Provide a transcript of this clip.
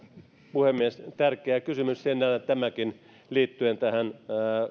puhemies tärkeä kysymys tämäkin liittyen tähän